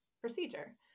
procedure